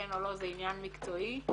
או לא זה עניין מקצועי פה אנחנו חלוקות.